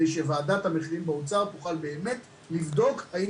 זאת על מנת שוועדת המחירים במשרד האוצר תוכל באמת לבדוק את